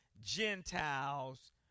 Gentiles